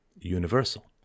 universal